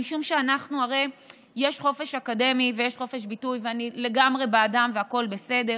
הרי יש חופש אקדמי ויש חופש ביטוי ואני לגמרי בעדם והכול בסדר,